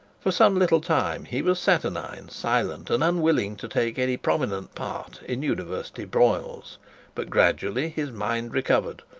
for some little time he was saturnine, silent, and unwilling to take any prominent part in university broils but gradually his mind recovered,